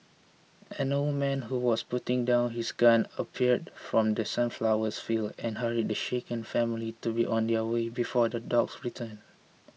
an old man who was putting down his gun appeared from The Sunflowers field and hurried the shaken family to be on their way before the dogs return